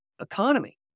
economy